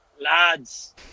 Lads